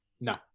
No